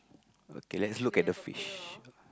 okay let's look at the fish